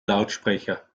lautsprecher